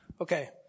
Okay